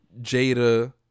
Jada